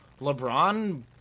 LeBron